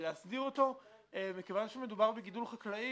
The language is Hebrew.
אפשר לקבל כל החלטה.